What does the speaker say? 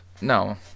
No